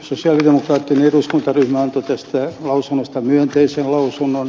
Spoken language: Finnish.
sosialidemokraattinen eduskuntaryhmä antoi tästä lausumasta myönteisen lausunnon